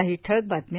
काही ठळक बातम्या